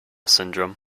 syndrome